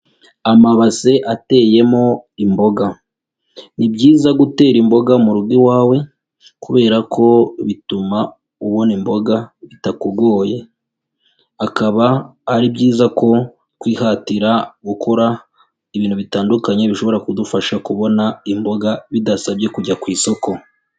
Amabase ateyemo imboga. Ni byiza gutera imboga mu rugo iwawe, kubera ko bituma ubona imboga bitakugoye, akaba ari byiza ko kwihatira gukora ibintu bitandukanye bishobora kudufasha kubona imboga, bidasabye kujya ku isoko.